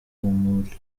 murimo